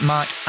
Mark